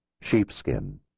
sheepskin